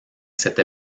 cette